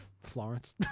Florence